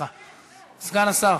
סגן השר